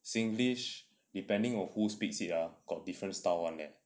singlish depending on who speaks it ah got different style [one] leh